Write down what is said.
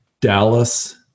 Dallas